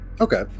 Okay